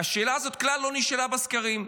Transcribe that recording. השאלה הזאת כלל לא נשאלה בסקרים.